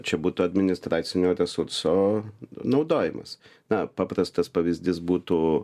čia būtų administracinio resurso naudojimas na paprastas pavyzdys būtų